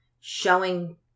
showing